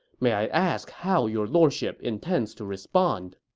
may i ask how your lordship intends to respond?